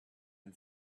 and